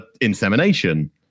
insemination